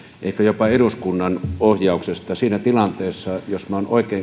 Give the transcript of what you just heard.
ehkä jopa eduskunnan ohjauksesta siinä tilanteessa jos minä olen oikein